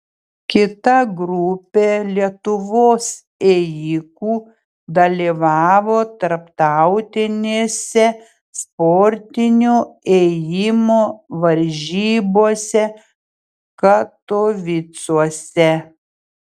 kita grupė lietuvos ėjikų dalyvavo tarptautinėse sportinio ėjimo varžybose katovicuose